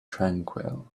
tranquil